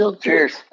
cheers